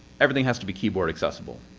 everything has to be keyboard accessible.